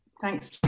Thanks